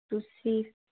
ਤੁਸੀਂ